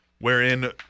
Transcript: wherein